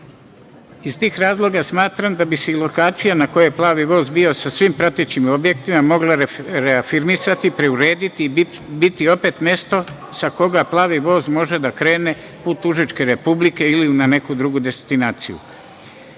tih razloga smatram da bi se i lokacija, na kojoj je „plavi voz“ bio sa svim pratećim objektima, mogla reafirmisati, preurediti i biti opet mesto sa koga „plavi voz“ može da krene put Užičke republike ili na neku drugu destinaciju. Podsećam